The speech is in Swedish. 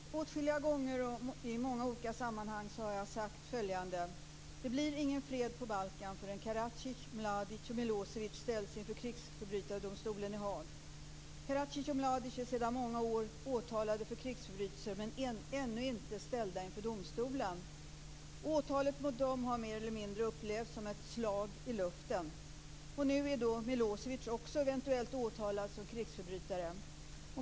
Fru talman! Jag har en fråga till utrikesminister Anna Lindh. Åtskilliga gånger och i många olika sammanhang har jag sagt följande: Det blir ingen fred på Balkan förrän Karadzic, Mladic och Milosevic ställs inför krigsförbrytardomstolen i Haag. Karadzic och Mladic är sedan många år åtalade för krigsförbrytelser men har ännu inte ställts inför domstolen. Åtalet mot dem har mer eller mindre upplevts som ett slag i luften. Och nu är eventuellt också Milosevic åtalad som krigsförbrytare.